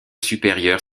supérieure